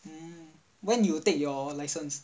when you take your license